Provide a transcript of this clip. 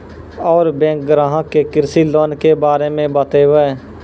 और बैंक ग्राहक के कृषि लोन के बारे मे बातेबे?